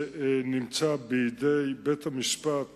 זה נמצא בידי בית-המשפט